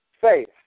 Faith